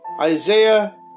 Isaiah